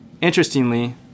Interestingly